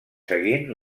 seguint